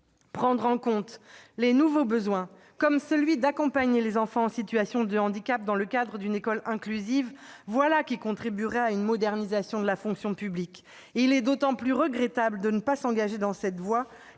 Prendre en compte les nouveaux besoins, comme celui d'accompagner les enfants en situation de handicap, dans le cadre d'une école inclusive, voilà qui contribuerait à une modernisation de la fonction publique ! Il est d'autant plus regrettable de ne pas s'engager dans cette voie